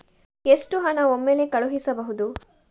ಎಷ್ಟು ಹಣ ಒಮ್ಮೆಲೇ ಕಳುಹಿಸಬಹುದು?